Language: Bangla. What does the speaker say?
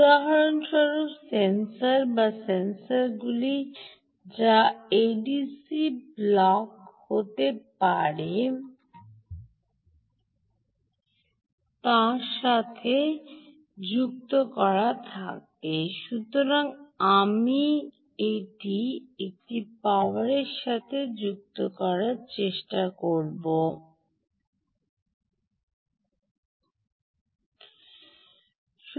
উদাহরণস্বরূপ সেন্সর সেন্সরগুলি যা এডিসি ব্লক সেন্সরগুলির সাথে সংযুক্ত থাকে তাদের পাওয়ারের সঠিক প্রয়োজন